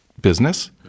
business